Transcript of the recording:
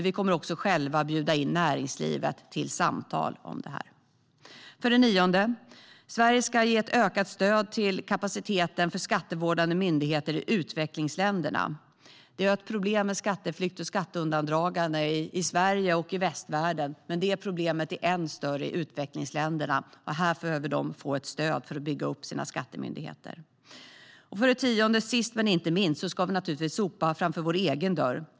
Vi kommer också själva att bjuda in näringslivet till samtal om detta. För det nionde ska Sverige ge ökat stöd till kapaciteten för skattevårdande myndigheter i utvecklingsländerna. Vi har ett problem med skatteflykt och skatteundandragande i Sverige och i västvärlden, men problemet är ännu större i utvecklingsländerna. Här behöver de få stöd för att bygga upp sina skattemyndigheter. För det tionde ska vi, sist men inte minst, sopa framför egen dörr.